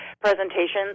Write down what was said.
presentation